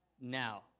now